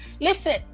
listen